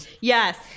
Yes